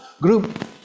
group